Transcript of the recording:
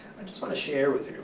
i just want to share with